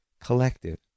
collective